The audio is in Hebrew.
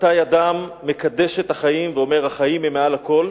מתי אדם מקדש את החיים ואומר, החיים הם מעל הכול,